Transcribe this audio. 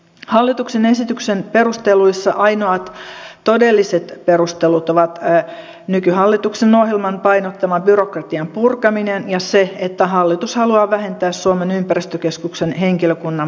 hallituksen esityksen perusteluissa ainoat todelliset perustelut ovat nykyhallituksen ohjelman painottama byrokratian purkaminen ja se että hallitus haluaa vähentää suomen ympäristökeskuksen henkilökunnan määrää